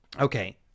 okay